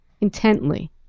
intently